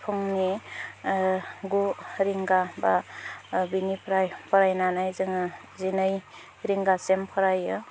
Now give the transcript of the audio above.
फुंनि गु रिंगा बा बेनिफ्राय फरायनानै जोङो जिनै रिंगासिम फरायो